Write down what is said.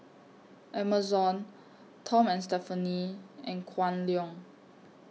Amazon Tom and Stephanie and Kwan Loong